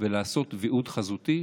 ולעשות ויעוד חזותי.